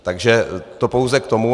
Takže to pouze k tomu.